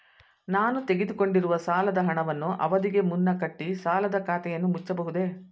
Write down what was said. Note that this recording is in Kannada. ನಾನು ತೆಗೆದುಕೊಂಡಿರುವ ಸಾಲದ ಹಣವನ್ನು ಅವಧಿಗೆ ಮುನ್ನ ಕಟ್ಟಿ ಸಾಲದ ಖಾತೆಯನ್ನು ಮುಚ್ಚಬಹುದೇ?